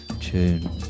tune